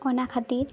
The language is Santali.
ᱚᱱᱟ ᱠᱷᱟᱹᱛᱤᱨ